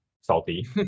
salty